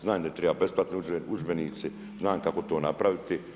Znam di triba besplatni udžbenici, znam kako to napraviti.